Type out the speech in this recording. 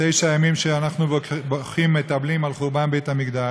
בתשעת הימים שאנחנו בוכים ומתאבלים על חורבן בית-המקדש,